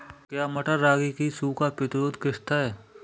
क्या मटर रागी की सूखा प्रतिरोध किश्त है?